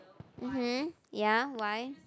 mmhmm ya why